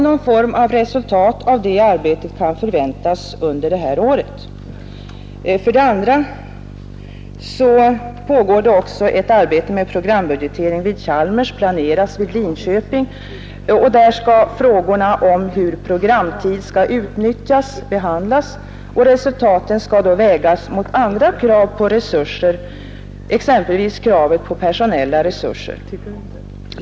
Någon form av resultat av det arbetet kan förväntas under det här året. För det andra pågår det också ett arbete med programbudgetering vid Chalmers, som planeras vid Linköpings tekniska fakultet. Där skall frågorna om hur programtid skall utnyttjas behandlas. Resultaten skall då vägas mot andra krav på resurser, exempelvis kravet på personella resurser.